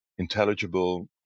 intelligible